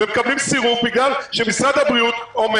ומקבלים סירוב בגלל שמשרד הבריאות אומר